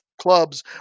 clubs